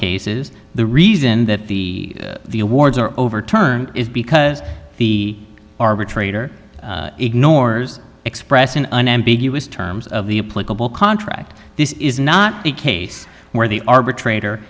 cases the reason that the the awards are overturned is because the arbitrator ignores express an unambiguous terms of the political contract this is not the case where the arbitrator